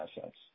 assets